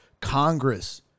Congress